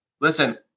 listen